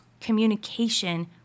communication